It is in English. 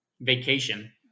vacation